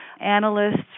analysts